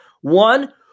One